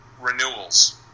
renewals